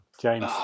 James